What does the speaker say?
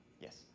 yes